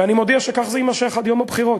ואני מודיע שכך זה יימשך עד יום הבחירות.